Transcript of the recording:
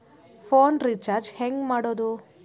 Phone recharge ಹೆಂಗೆ ಮಾಡೋದು?